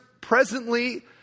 presently